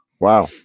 wow